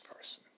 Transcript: person